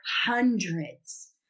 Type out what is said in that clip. hundreds